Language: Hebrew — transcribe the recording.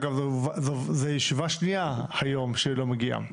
אגב זו ישיבה שנייה שהוא לא מגיע.